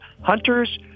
hunters